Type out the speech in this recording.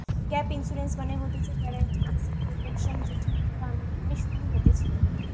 gap insurance মানে হতিছে guaranteed asset protection যেটি উত্তর আমেরিকায় শুরু হতেছিলো